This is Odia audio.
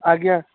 ଆଜ୍ଞା